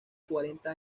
cuarenta